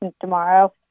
tomorrow